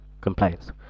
compliance